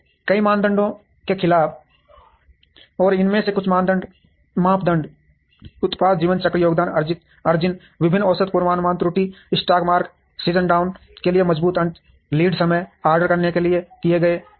कई मानदंडों के खिलाफ और इनमें से कुछ मापदंड उत्पाद जीवन चक्र योगदान मार्जिन विभिन्न औसत पूर्वानुमान त्रुटि स्टॉक मार्क सीज़नडाउन के लिए मजबूर अंत लीड समय ऑर्डर करने के लिए किए गए हैं